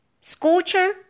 Scorcher